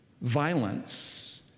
violence